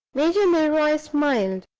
major milroy smiled.